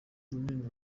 runini